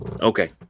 Okay